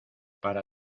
para